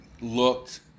looked